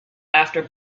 after